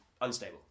unstable